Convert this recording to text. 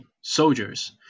soldiers